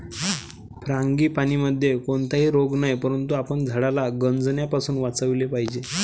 फ्रांगीपानीमध्ये कोणताही रोग नाही, परंतु आपण झाडाला गंजण्यापासून वाचवले पाहिजे